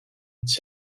its